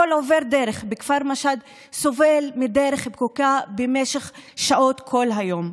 כל עובר אורח בכפר משהד סובל מדרך פקוקה במשך כל שעות היום.